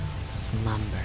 slumber